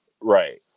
Right